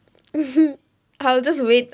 I'll just wait